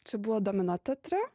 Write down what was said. čia buvo domino teatre